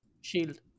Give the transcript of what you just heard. Shield